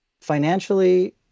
financially